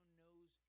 knows